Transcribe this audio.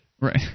Right